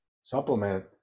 supplement